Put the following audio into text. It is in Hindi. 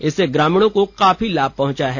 इससे ग्रामीणों को काफी लाभ पहुंचा है